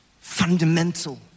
Fundamental